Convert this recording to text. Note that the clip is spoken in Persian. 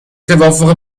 توافق